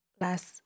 Last